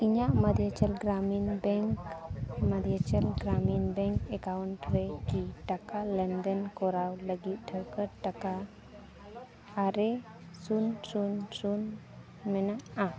ᱤᱧᱟᱹᱜ Madhyanchal Gramin Bank Madhyanchal Gramin Bank account ᱨᱮᱠᱤ ᱴᱟᱠᱟ ᱞᱮᱱᱫᱮᱱ ᱠᱚᱨᱟᱣ ᱞᱟᱹᱜᱤᱫ ᱴᱷᱟᱹᱣᱠᱟᱹ ᱴᱟᱠᱟ ᱟᱨᱮ ᱥᱩᱱ ᱥᱩᱱ ᱥᱩᱱ ᱢᱮᱱᱟᱜᱼᱟ